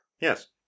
Yes